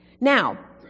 Now